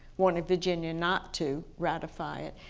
wanted virginia not to ratify it.